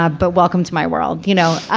ah but welcome to my world. you know,